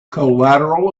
collateral